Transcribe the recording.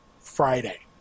Friday